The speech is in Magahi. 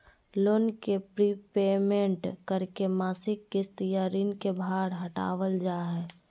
लोन के प्रीपेमेंट करके मासिक किस्त या ऋण के भार घटावल जा हय